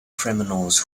criminals